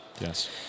Yes